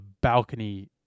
balcony